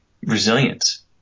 resilience